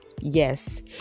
yes